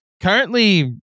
Currently